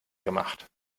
gemacht